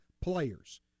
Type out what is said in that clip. players